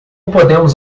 podemos